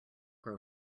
grow